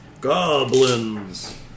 Goblins